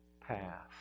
path